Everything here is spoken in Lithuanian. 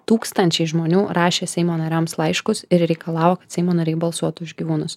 tūkstančiai žmonių rašė seimo nariams laiškus ir reikalavo kad seimo nariai balsuotų už gyvūnus